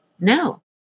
No